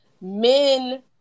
men